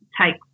take